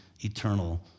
eternal